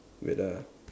wait ah